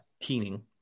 keening